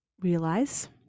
realize